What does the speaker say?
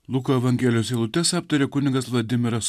luko evangelijos eilutes aptarė kunigas vladimiras